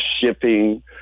shipping